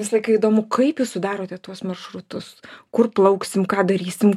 visą laiką įdomu kaip jūs sudarote tuos maršrutus kur plauksim ką darysim